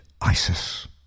ISIS